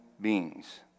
beings